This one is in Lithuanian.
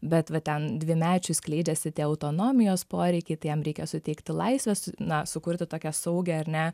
bet va ten dvimečiui skleidžiasi tie autonomijos poreikiai tai jam reikia suteikti laisvės na sukurti tokią saugią ar ne